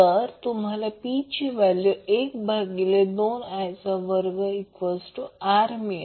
तर तुम्हाला P ची व्हॅल्यू 1 भागिले 2I वर्ग R मिळेल